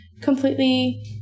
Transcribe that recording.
completely